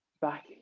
back